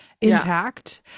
intact